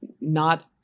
not-